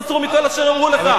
לא תסור מכל אשר יורו לך.